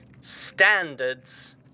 Standards